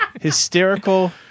Hysterical